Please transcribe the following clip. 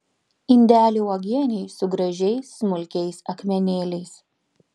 indelį uogienei su gražiais smulkiais akmenėliais